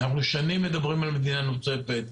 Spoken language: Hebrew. אנחנו שנים מדברים על מדינה נוספת,